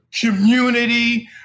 community